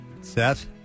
Seth